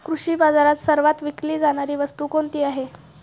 कृषी बाजारात सर्वात विकली जाणारी वस्तू कोणती आहे?